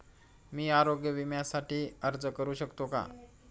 मी आरोग्य विम्यासाठी अर्ज करू शकतो का?